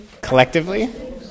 Collectively